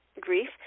grief